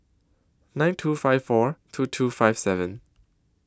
nine two five four two two five seven